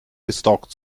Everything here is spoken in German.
gestalkt